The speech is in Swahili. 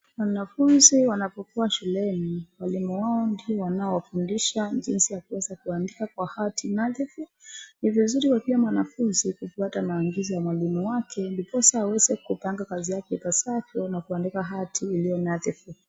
Wanafunzi wanapokuwa shuleni walimu wao ndiyo wanaofundisha jinsi ya kueza kuandika kwa hati nadhifu. Ni vizuri wakiwa mwanafunzi kufuata maagizo ya mwalimu wake ndiposa aweze kupanga kazi yake ipasavyo na kuandika hati iliyonadhifu.